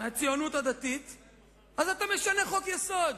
אתה משנה חוק-יסוד.